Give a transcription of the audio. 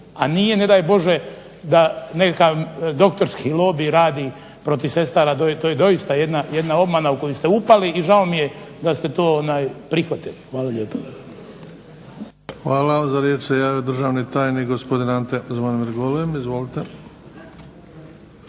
a nije ne daj bože da nekakav doktorski lobij radi protiv sestara. To je doista jedna obmana u koju ste upali i žao mi je da ste to prihvatili. Hvala lijepa. **Bebić, Luka (HDZ)** Hvala. Za riječ se javio državni tajnik gospodin Ante Zvonimir Golem. Izvolite.